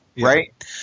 right